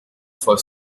for